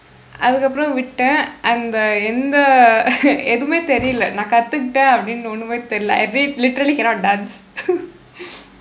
அதுக்கு அப்புறம் விட்டேன் அந்த எந்த எதுமே தெரியில்ல நான் கற்றுகிட்டேன் அப்படின்னு ஒண்ணுமே தெரியில்ல:athukku appuram vitdeen andtha endtha ethumee theriyilla naan karrukkitdeen appadinnu onnumee theriyilla I did literally cannot dance